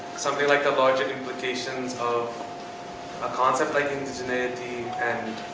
something like the larger implications of a concept like indigenuity and